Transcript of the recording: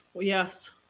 Yes